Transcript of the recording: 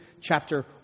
chapter